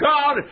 God